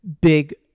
big